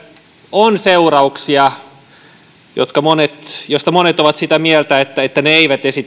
on seurauksia joista monet ovat sitä mieltä että että ne eivät